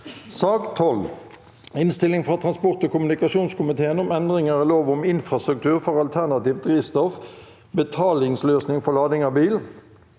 2023 Innstilling fra transport- og kommunikasjonskomiteen om Endringer i lov om infrastruktur for alternativt drivstoff (betalingsløsning for lading av elbil)